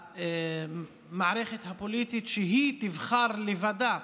במערכת הפוליטית, שהיא תבחר לבדה